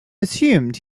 assumed